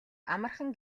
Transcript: амархан